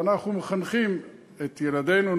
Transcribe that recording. ואנחנו מחנכים את ילדינו,